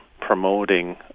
promoting